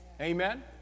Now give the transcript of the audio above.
Amen